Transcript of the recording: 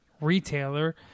retailer